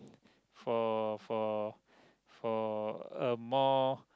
for for for a more